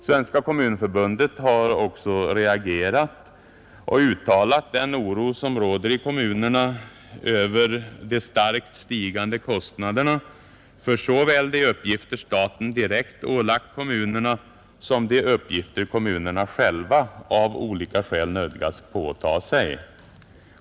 Svenska kommunförbundet har också reagerat och uttalat den oro som råder i kommunerna ”över de starkt stigande kostnaderna för såväl de uppgifter staten direkt ålagt kommunerna som de uppgifter kommunerna själva av olika skäl nödgats påtaga sig”.